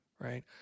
right